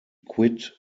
quit